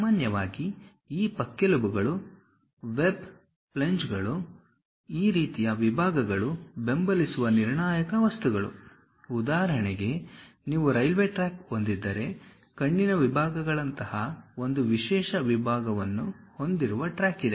ಸಾಮಾನ್ಯವಾಗಿ ಈ ಪಕ್ಕೆಲುಬುಗಳು ವೆಬ್ ಫ್ಲೇಂಜ್ಗಳು ಈ ರೀತಿಯ ವಿಭಾಗಗಳು ಬೆಂಬಲಿಸುವ ನಿರ್ಣಾಯಕ ವಸ್ತುಗಳು ಉದಾಹರಣೆಗೆ ನೀವು ರೈಲ್ವೆ ಟ್ರ್ಯಾಕ್ ಹೊಂದಿದ್ದರೆ ಕಣ್ಣಿನ ವಿಭಾಗಗಳಂತಹ ಒಂದು ವಿಶೇಷ ವಿಭಾಗವನ್ನು ಹೊಂದಿರುವ ಟ್ರ್ಯಾಕ್ ಇದೆ